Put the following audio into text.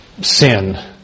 sin